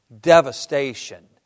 devastation